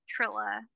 trilla